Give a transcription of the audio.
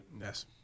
Yes